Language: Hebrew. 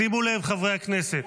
שימו לב, חברי הכנסת,